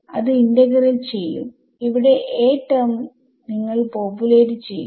അത് ഇന്റഗ്രൽ ചെയ്യുംഇവിടെ A term നിങ്ങൾ പോപുലേറ്റ് ചെയ്യും